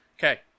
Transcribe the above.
Okay